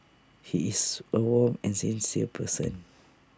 he is A warm and sincere person